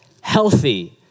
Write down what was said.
healthy